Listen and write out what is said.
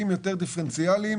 המענקים לדיפרנציאליים.